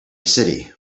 city